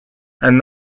and